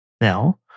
now